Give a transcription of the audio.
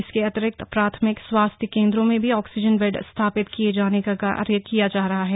इसके अतिरिक्त प्राथमिक स्वास्थ्य केंद्रों में भी ऑक्सीजन बेड स्थापित किए जाने का कार्य किया जा रहा है